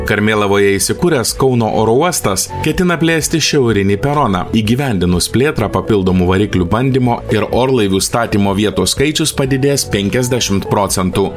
karmėlavoje įsikūręs kauno oro uostas ketina plėsti šiaurinį peroną įgyvendinus plėtrą papildomų variklių bandymo ir orlaivių statymo vietos skaičius padidės penkiasdešimt procentų